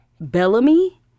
Bellamy